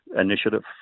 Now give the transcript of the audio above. initiative